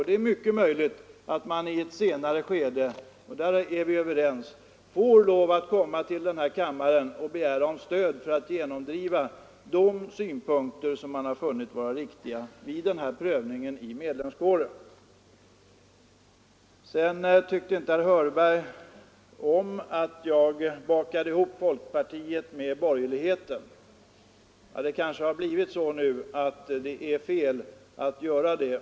Det är mycket möjligt att man i ett senare skede — där är vi överens — får komma till den här kammaren och begära stöd för att genomdriva de krav som man vid prövningen i medlemskåren funnit riktiga. Herr Hörberg tyckte inte om att jag bakade ihop folkpartiet med borgerligheten. Det kanske har blivit så nu, att det är fel att göra det.